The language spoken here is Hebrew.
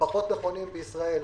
ופחות נכונים בישראל.